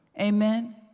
Amen